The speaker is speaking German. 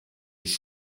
ich